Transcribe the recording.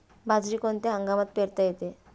बाजरी कोणत्या हंगामात पेरता येते?